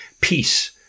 Peace